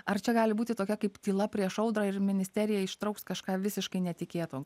ar čia gali būti tokia kaip tyla prieš audrą ir ministerija ištrauks kažką visiškai netikėto